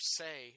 say